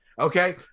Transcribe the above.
Okay